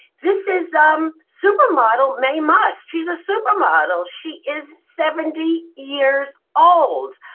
this is um supermodel maye musk. she's a supermodel. she is seventy years old.